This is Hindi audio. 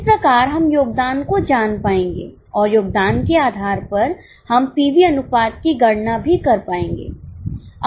इस प्रकार हम योगदान को जान पाएंगे और योगदान के आधार पर हम पीवी अनुपात की गणना भी कर पाएंगे